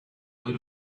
load